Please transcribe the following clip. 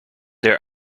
their